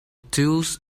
tools